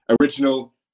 original